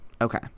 Okay